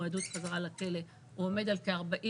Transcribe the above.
הוא עומד על כ-39%,